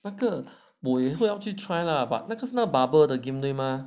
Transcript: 那个我也要去 try lah but 那个是 bubble 的 game 是吗